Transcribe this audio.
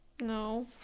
No